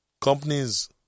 companies